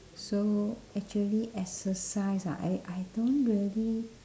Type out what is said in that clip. so actually exercise ah I I don't really